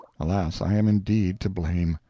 alas, i am indeed to blame.